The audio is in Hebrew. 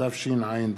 התשע"ד